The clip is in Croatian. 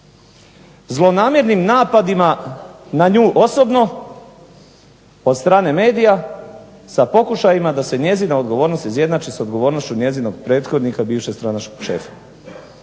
zlonamjernim napadima na nju osobno od strane medija, sa pokušajima da se njezine odgovornosti izjednače s odgovornošću njezinog prethodnika, bivšeg stranačkog šefa.